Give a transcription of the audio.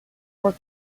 were